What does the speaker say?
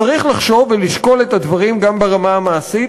צריך לחשוב ולשקול את הדברים גם ברמה המעשית,